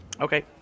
Okay